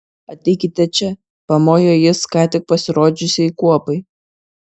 ateikite čia pamojo jis ką tik pasirodžiusiai kuopai